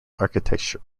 architecture